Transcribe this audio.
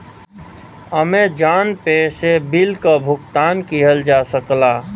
Amazon Pay से bill क भुगतान किहल जा सकला